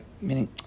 Meaning